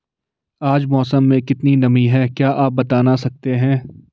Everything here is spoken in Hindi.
आज मौसम में कितनी नमी है क्या आप बताना सकते हैं?